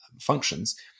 functions